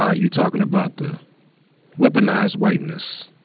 ah, you're talking about the weaponized whiteness.